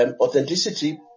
authenticity